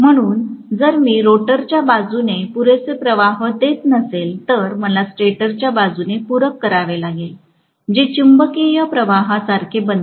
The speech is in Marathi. म्हणून जर मी रोटरच्या बाजूने पुरेसे प्रवाह देत नसेल तर मला स्टेटरच्या बाजूने पूरक करावे लागेल जे चुंबकीय प्रवाहसारखे बनते